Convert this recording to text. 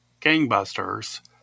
gangbusters